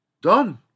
Done